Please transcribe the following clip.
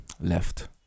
Left